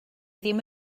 ddim